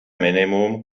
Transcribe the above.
minimum